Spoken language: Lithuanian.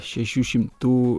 šešių šimtų